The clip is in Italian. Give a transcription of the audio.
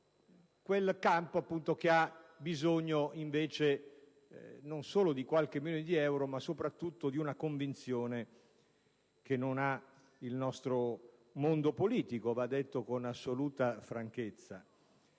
quel campo ha bisogno, invece, non solo di qualche milione di euro ma, soprattutto, di una convinzione che il nostro mondo politico non ha: questo va detto con assoluta franchezza.